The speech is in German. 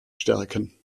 stärken